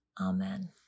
Amen